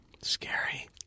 Scary